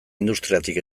industriatik